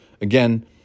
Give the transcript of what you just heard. Again